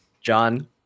John